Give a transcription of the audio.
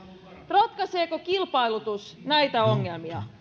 ratkaiseeko kilpailutus näitä ongelmia